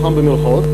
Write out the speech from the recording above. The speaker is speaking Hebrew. חכם במירכאות,